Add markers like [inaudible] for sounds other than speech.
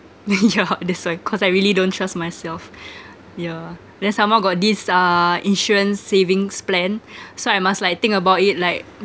yeah [laughs] that's why cause I really don't trust myself yeah then some more got this uh insurance savings plan so I must like think about it like